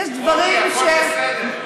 יש דברים, אורלי, הכול בסדר.